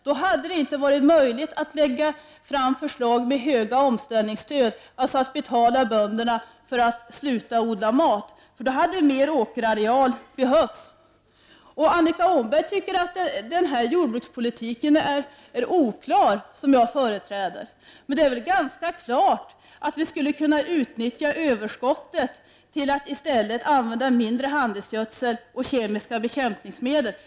Då hade det inte varit möjligt att lägga fram förslag om högt omställningsstöd, dvs. att betala bönderna för att sluta odla mat — då hade mer åkerareal behövts. Annika Åhnberg tycker att den jordbrukspolitik som jag företräder är oklar. Men det är väl ganska klart att vi skulle kunna utnyttja överskottet till att i stället använda mindre handelsgödsel och kemiska bekämpningsmedel.